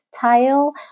tile